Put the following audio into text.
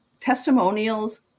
testimonials